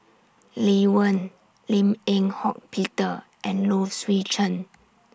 Lee Wen Lim Eng Hock Peter and Low Swee Chen